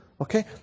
Okay